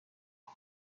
les